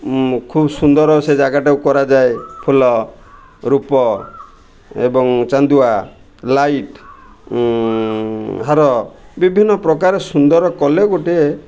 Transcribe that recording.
ଖୁବ ସୁନ୍ଦର ସେ ଜାଗାଟାକୁ କରାଯାଏ ଫୁଲ ରୂପ ଏବଂ ଚାନ୍ଦୁଆ ଲାଇଟ୍ ହାର ବିଭିନ୍ନ ପ୍ରକାର ସୁନ୍ଦର କଲେ ଗୋଟିଏ